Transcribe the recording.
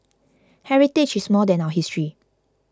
heritage is more than our history